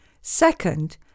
Second